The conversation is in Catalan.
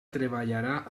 treballarà